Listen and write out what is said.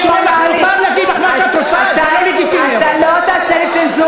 נא להוציא אותו.